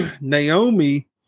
Naomi